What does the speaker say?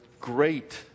great